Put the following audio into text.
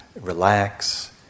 relax